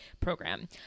program